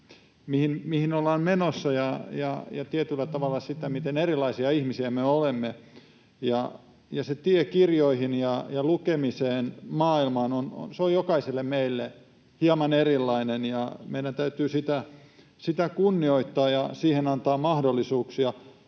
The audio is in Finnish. mihin ollaan menossa, ja tietyllä tavalla sitä, miten erilaisia ihmisiä me olemme. Tie kirjoihin ja lukemisen maailmaan on jokaiselle meille hieman erilainen, ja meidän täytyy sitä kunnioittaa ja siihen antaa mahdollisuuksia.